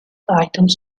items